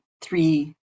three